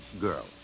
girls